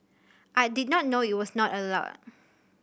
I did not know it was not allowed